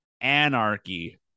Anarchy